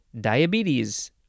diabetes